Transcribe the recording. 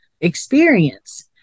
experience